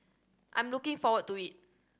I'm looking forward to it